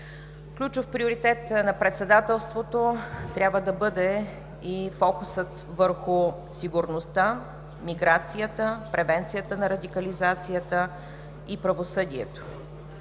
Ключов приоритет на Председателството трябва да бъде и фокусът върху сигурността, миграцията, превенцията на радикализацията и правосъдието.